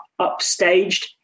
upstaged